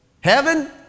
Heaven